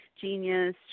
genius